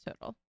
total